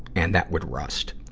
and that would rust.